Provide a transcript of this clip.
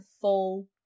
full